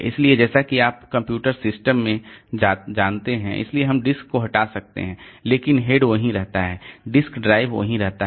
इसलिए जैसा कि आप कंप्यूटर सिस्टम में जानते हैं इसलिए हम डिस्क को हटा सकते हैं लेकिन हेड वहीं रहता है डिस्क ड्राइव वहीं रहता है